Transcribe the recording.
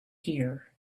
here